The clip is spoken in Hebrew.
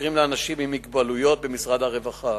וחוקרים לאנשים עם מוגבלויות במשרד הרווחה,